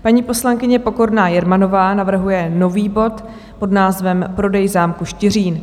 Paní poslankyně Pokorná Jermanová navrhuje nový bod pod názvem Prodej zámku Štiřín.